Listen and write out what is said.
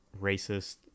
racist